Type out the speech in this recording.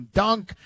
dunk